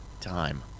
time